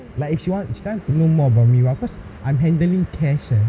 like if she want she want to know more about me right cause I'm handling cash eh